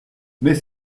mais